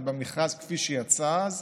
ובמכרז כפי שיצא אז,